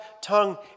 tongue